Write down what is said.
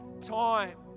time